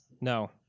No